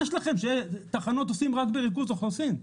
שלכם שתחנות עושים רק בריכוז אוכלוסין.